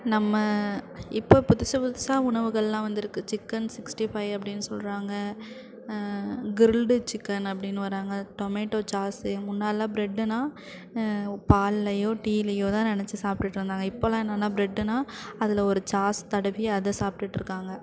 நம்ம இப்போ புதுசு புதுசாக உணவுகள்லாம் வந்திருக்கு சிக்கன் சிக்ஸ்ட்டி ஃபை அப்படின்னு சொல்கிறாங்க க்ரில்டு சிக்கன் அப்படின்னு வராங்க டொமேட்டோ சாஸ்ஸு முன்னாடிலாம் ப்ரெட்டுனால் பால்லையோ டீலையோதான் நனச்சி சாப்பிடுட்ருந்தாங்க இப்போலாம் என்னன்னா ப்ரெட்டுனால் அதில் ஒரு சாஸ் தடவி அதை சாப்பிட்டுட்ருக்காங்க